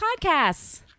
Podcasts